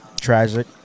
Tragic